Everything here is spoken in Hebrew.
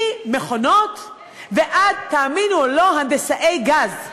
ממכונות ועד, תאמינו או לא, הנדסאי גז.